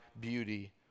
beauty